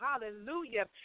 hallelujah